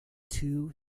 two